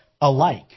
alike